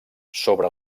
sobre